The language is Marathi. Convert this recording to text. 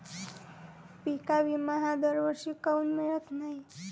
पिका विमा हा दरवर्षी काऊन मिळत न्हाई?